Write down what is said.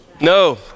No